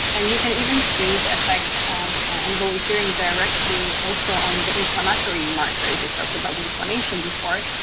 and you can even see the effects on on volunteering directly also on the inflammatory markers. we've talked about inflammation before.